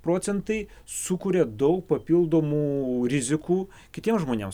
procentai sukuria daug papildomų rizikų kitiems žmonėms